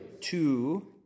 Two